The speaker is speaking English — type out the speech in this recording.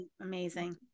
amazing